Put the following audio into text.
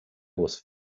was